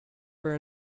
for